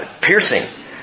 Piercing